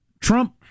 Trump